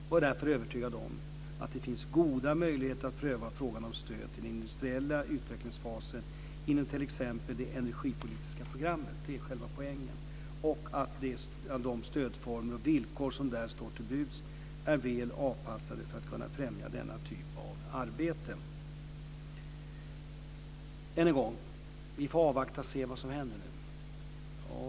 Jag är därför övertygad om att det finns goda möjligheter att pröva frågan om stöd till industriella utvecklingsfaser inom t.ex. det energipolitiska programmet. Det är själva poängen. De stödformer och villkor som där står till buds är väl avpassade för att kunna främja denna typ av arbete. Än en gång: Vi får avvakta och se vad som händer nu.